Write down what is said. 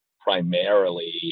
primarily